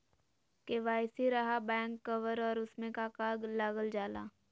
KYC रहा back cover और उसमें का का लागल जाला?